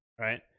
right